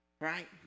right